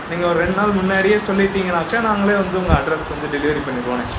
நீங்கள் ஒரு ரெண்டு நாள் முன்னாடியே சொல்லிவிட்டிங்கனாக்க நாங்களே வந்து உங்கள் அட்ரஸ்க்கு வந்து டெலிவரி பண்ணிருவோண்ணே